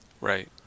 Right